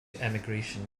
emigration